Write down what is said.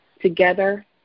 Together